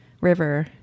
river